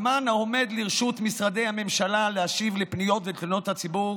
הזמן שעומד לרשות משרדי הממשלה להשיב על פניות ותלונות הציבור,